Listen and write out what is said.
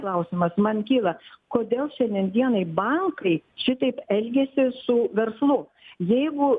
klausimas man kyla kodėl šiandien dienai bankai šitaip elgiasi su verslu jeigu